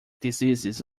diseases